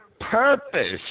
purpose